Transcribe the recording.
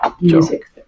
music